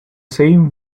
same